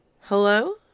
Hello